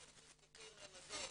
אנשים שזקוקים למזור,